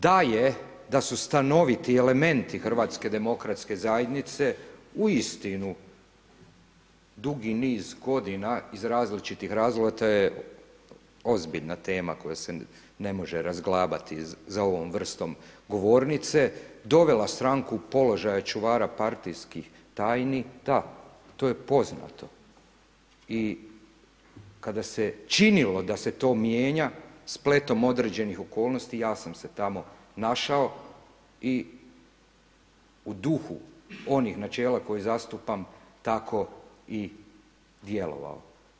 Da je, da su stanoviti elementi Hrvatske demokratske zajednice uistinu dugi niz godina iz različitih razloga, to je ozbiljna tema koja se ne može razglabati za ovom vrstom govornice, dovela stranku u položaja čuvara partijskih tajni, da, to je poznato i kada se činilo da se to mijenja spletom određenih okolnosti ja sam se tamo našao i u duhu onih načela koje zastupam tako i djelovao.